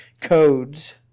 codes